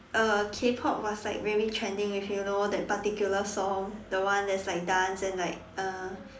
uh K-Pop was like very trending if you know that particular song the one that's like dance and like uh